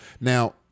Now